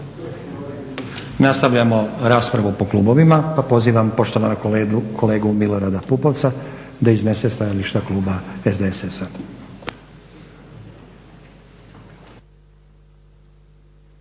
Nastavljamo raspravu po klubovima pa pozivam poštovanog kolegu Milorada Pupovca da iznese stajalište kluba SDSS-a.